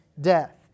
death